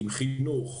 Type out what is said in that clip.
עם חינוך,